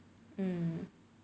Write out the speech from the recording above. hmm